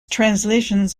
translations